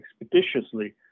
expeditiously